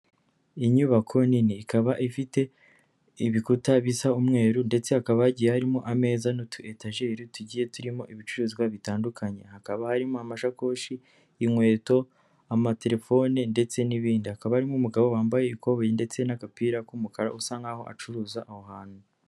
Inyubako nini ikaba ifite ibikuta bisa umweru ndetse hakaba hagiye harimo ameza n'utu etageri tugiye turimo ibicuruzwa bitandukanye, hakaba harimo amashakoshi, inkweto, amatelefone ndetse n'ibindi, hakaba harimo umugabo wambaye ikoboyi ndetse n'agapira k'umukara usa nk'aho acuruza aho hantu.